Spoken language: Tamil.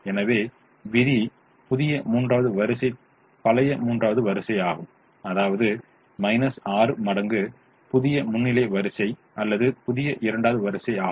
எனவே விதி புதிய மூன்றாவது வரிசை பழைய மூன்றாவது வரிசையாகும் அதாவது 6 மடங்கு புதிய முன்னிலை வரிசை அல்லது புதிய இரண்டாவது வரிசை ஆகும்